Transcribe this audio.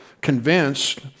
convinced